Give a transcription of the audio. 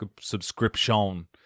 subscription